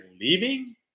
leaving